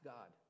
God